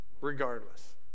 regardless